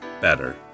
better